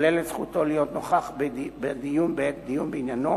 הכוללת את זכותו להיות נוכח בעת דיון בעניינו,